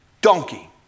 donkey